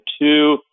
two